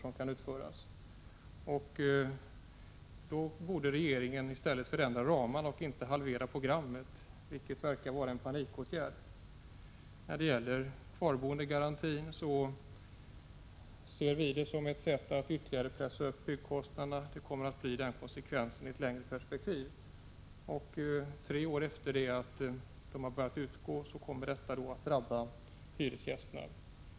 Regeringen borde förändra ramarna i stället för att halvera programmet, vilket verkar vara en panikåtgärd. Kvarboendegarantin ser vi som ett sätt att ytterligare pressa upp byggnadskostnaderna. Det kommer att bli den konsekvensen i ett längre perspektiv. Efter de tre år under vilka bidraget utbetalas kommer hyresgästerna att drabbas.